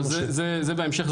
זה בהמשך,